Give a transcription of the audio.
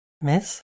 Miss